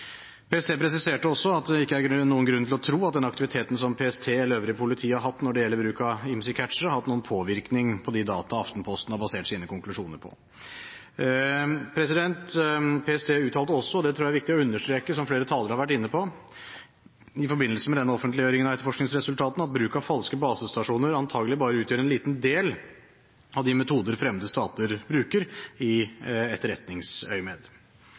PST presiserte også at det ikke er noen grunn til å tro at den aktiviteten som PST eller øvrig politi har hatt når det gjelder bruk av IMSI-catchere, har hatt noen påvirkning på de data Aftenposten har basert sine konklusjoner på. PST uttalte også – det tror jeg det er viktig å understreke, som flere talere har vært inne på – i forbindelse med denne offentliggjøringen av etterforskningsresultatene at bruk av falske basestasjoner antagelig bare utgjør en liten del av de metoder fremmede stater bruker i